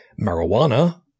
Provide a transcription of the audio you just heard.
marijuana